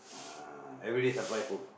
uh everyday supply food